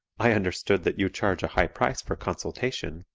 i understood that you charge a high price for consultation,